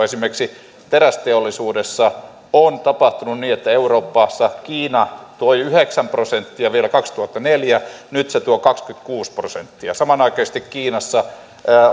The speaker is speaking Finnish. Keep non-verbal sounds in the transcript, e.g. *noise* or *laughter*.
*unintelligible* esimerkiksi terästeollisuudessa on tapahtunut niin että euroopassa kiina toi yhdeksän prosenttia vielä kaksituhattaneljä nyt se tuo kaksikymmentäkuusi prosenttia samanaikaisesti kiinassa